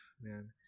man